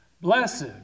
Blessed